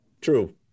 True